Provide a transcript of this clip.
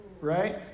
right